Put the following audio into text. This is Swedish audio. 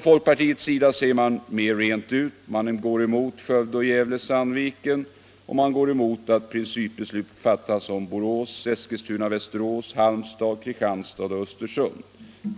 Folkpartiet talar mera rent ut. Man går emot Skövde och Gävle-Sandviken, och man går emot att principbeslut fattas om Borås, Eskilstuna Västerås, Halmstad, Kristianstad och Östersund.